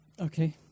okay